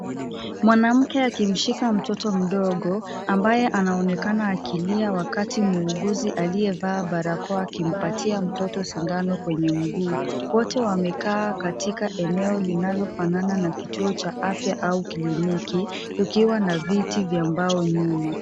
Mwanamke akimshika mtoto mdogo, ambaye anaonekana akilia wakati muuguzi aliyevaa barakoa akimpatia mtoto sindano kwenye mguu. Wote wamekaa katika eneo linalofanana na kituo cha afya au kliniki, kukiwa na viti vya mbao nyuma.